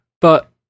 but-